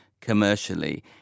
commercially